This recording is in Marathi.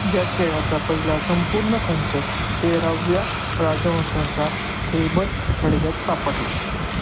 या खेळाचा पहिला संपूर्ण संच तेराव्या राजवंशांच्या थेबन थडग्यात सापडला